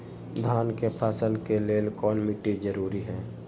धान के फसल के लेल कौन मिट्टी जरूरी है?